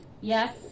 Yes